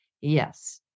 yes